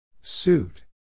Suit